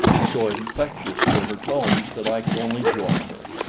and so infectious were her tones that i could only join her.